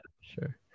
Sure